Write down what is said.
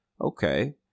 Okay